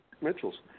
Mitchell's